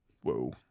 Whoa